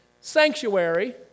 sanctuary